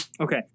Okay